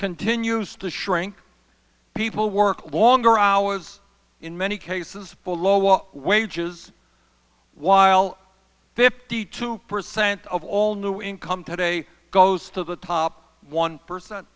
continues to shrink people work hours in many cases for low wages while fifty two percent of all new income today goes to the top one percent